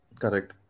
Correct